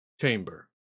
chamber